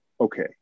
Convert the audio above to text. okay